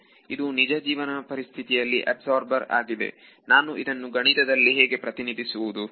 ಇದು ನಿಜಜೀವನ ಪರಿಸ್ಥಿತಿಯಲ್ಲಿ ಅಬ್ಸರ್ಬರ್ ಆಗಿದೆ ನಾನು ಇದನ್ನು ಗಣಿತದಲ್ಲಿ ಹೇಗೆ ಪ್ರತಿನಿಧಿಸುವುದು